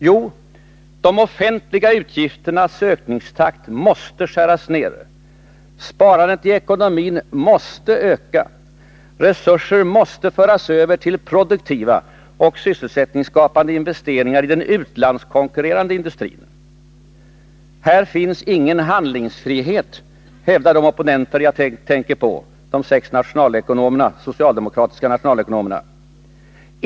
Jo, de offentliga utgifternas ökningstakt måste skäras ned. Sparandet i ekonomin måste öka. Resurser måste föras över till produktiva och sysselsättningsskapande investeringar i den utlandskonkurrerande industrin. Här finns ”ingen handlingsfrihet” , hävdar de opponenter jag tänker på, de sex socialdemokratiska nationalekonomerna.